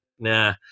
Nah